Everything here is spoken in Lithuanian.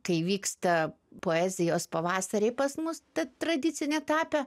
kai vyksta poezijos pavasariai pas mus tad tradicine tapę